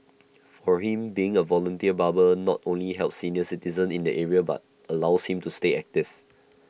for him being A volunteer barber not only helps senior citizens in the area but allows him to stay active